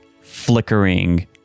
flickering